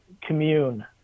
commune